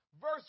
Verse